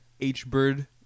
H-Bird